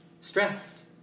stressed